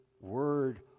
Word